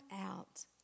out